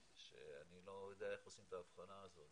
שאני לא יודע איך עושים את ההבחנה הזאת,